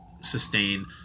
sustain